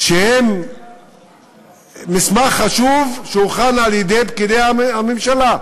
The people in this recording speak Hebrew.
הן מסמך חשוב שהוכן על-ידי פקידי הממשלה,